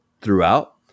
throughout